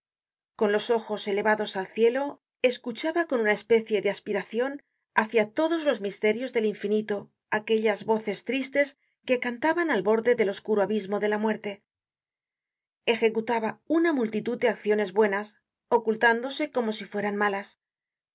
con los ojos elevados al cielo escuchaba con una especie de aspiracion hácia todos los misterios del infinito aquellas voces tristes que cantaban al borde del oscuro abismo de la muerte ejecutaba una multitud de acciones buenas ocultándose como si fueran malas